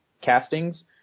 castings